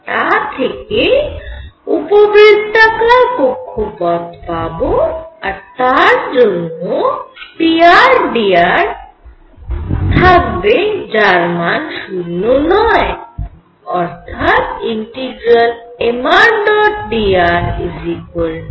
তা থেকে উপবৃত্তাকার কক্ষপথ পাব আর তার জন্য prdr থাকবে যার মান 0 নয় অর্থাৎ mṙdr nrh